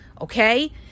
okay